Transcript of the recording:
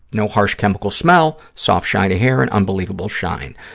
no harsh chemical smell, soft, shiny hair and unbelievable shine.